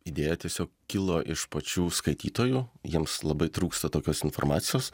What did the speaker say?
idėja tiesiog kilo iš pačių skaitytojų jiems labai trūksta tokios informacijos